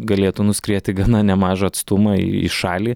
galėtų nuskrieti gana nemažą atstumą į šalį